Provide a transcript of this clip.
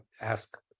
ask